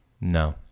No